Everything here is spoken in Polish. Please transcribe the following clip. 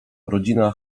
rodzina